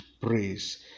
praise